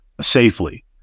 safely